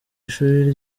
ishuri